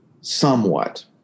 somewhat